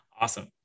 Awesome